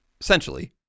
essentially